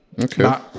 okay